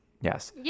Yes